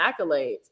accolades